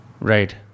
right